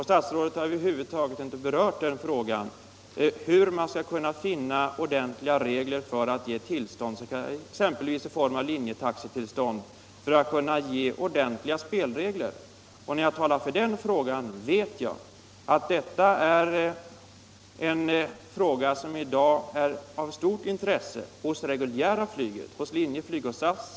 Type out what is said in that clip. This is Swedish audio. Statsrådet har över huvud taget inte berört frågan hur man skall kunna finna ordentliga regler för att ge tillstånd — exempelvis linjetaxitillstånd — och skapa ordentliga spelregler. När jag talar i den frågan vet jag att det är en fråga som i dag är av stort intresse för det reguljära flyget, för Linjeflyg och för SAS.